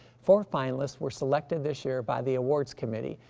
four finalists were selected this year by the awards committee,